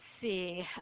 see